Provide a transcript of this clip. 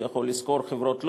הוא יכול לשכור חברות לובינג,